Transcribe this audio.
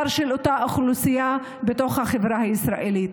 של אותה אוכלוסייה בתוך החברה הישראלית.